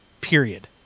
period